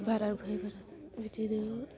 बारानिफ्राय बारा जाबाय बिदिनो